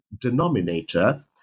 denominator